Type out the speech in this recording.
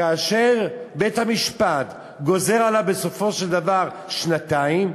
כאשר בית-המשפט גוזר עליו בסופו של דבר שנתיים,